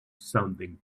something